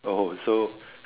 oh so